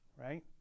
Right